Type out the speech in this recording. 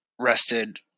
rested